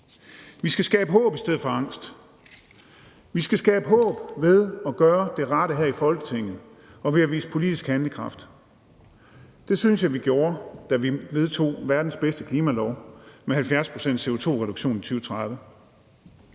Vi skal skabe håb i stedet for angst. Vi skal skabe håb ved at gøre det rette her i Folketinget og ved at vise politisk handlekraft. Det synes jeg vi gjorde, da vi vedtog verdens bedste klimalov med 70 pct.s CO2-reduktion i 2030.